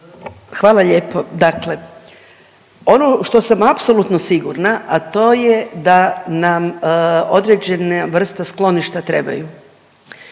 Hvala lijepo. Dakle, ono što sam apsolutno sigurna, a to je da nam određena vrsta skloništa trebaju